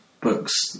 books